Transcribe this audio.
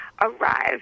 arrived